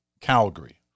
Calgary